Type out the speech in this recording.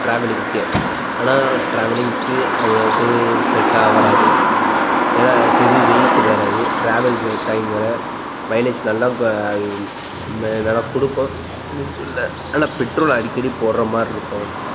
ட்ராவலிங்க்கே ஆனால் ட்ராவலிங்குக்கு அவ்வளோ இது செட்டாக வராது ஏன்னா ஹெவி வெயிட்டு வேறு அது ட்ராவல் டைம் வேறு மைலேஜ் நல்லா இப்போ அது கொடுக்கும் இல்லைன்னு சொல்லலை ஆனால் பெட்ரோல் அடிக்கடி போடுற மாதிரி இருக்கும்